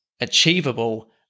Achievable